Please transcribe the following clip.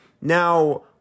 Now